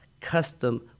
custom